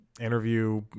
interview